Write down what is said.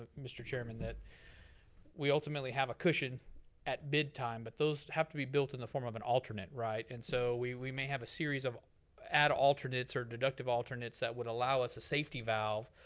but mr. chairman, that we ultimately have a cushion at bid time, but those have to be built in the form of an alternate, right? and so we we may have a series of add alternates or deductive alternates that would allow us a safety valve,